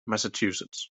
massachusetts